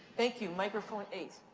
thank you. microphone eight.